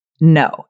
No